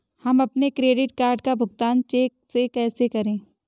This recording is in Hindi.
हम अपने क्रेडिट कार्ड का भुगतान चेक से कैसे करें?